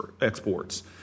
exports